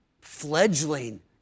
fledgling